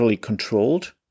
controlled